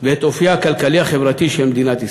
ואת אופייה הכלכלי-חברתי של מדינת ישראל.